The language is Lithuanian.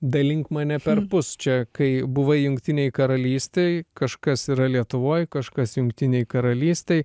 dalink mane perpus čia kai buvai jungtinėj karalystėj kažkas yra lietuvoj kažkas jungtinėj karalystėj